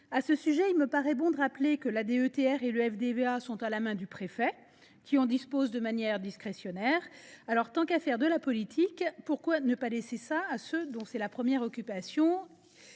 À ce sujet, il me paraît judicieux de rappeler que la DETR et le FDVA sont à la main du préfet, qui en dispose de manière discrétionnaire. Dans ces conditions, tant qu’à faire de la politique, pourquoi ne pas laisser ces affaires à ceux dont c’est la première occupation,…